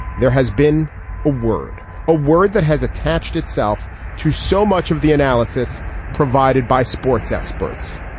there has been a word a word that has attached itself to so much of the analysis provided by sports experts.